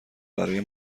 برای